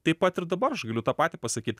taip pat ir dabar aš galiu tą patį pasakyt